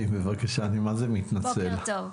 בוקר טוב,